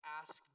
ask